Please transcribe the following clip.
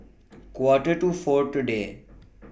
Quarter to four today